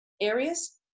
areas